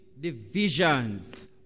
divisions